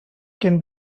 can